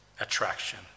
attraction